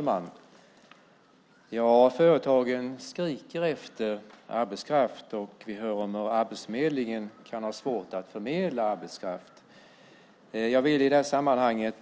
Herr talman! Företagen skriker efter arbetskraft. Vi hör om hur Arbetsförmedlingen kan ha svårt att förmedla arbetskraft. Jag vill i detta sammanhang